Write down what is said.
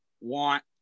want